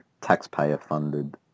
taxpayer-funded